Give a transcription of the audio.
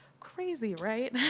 crazy, right?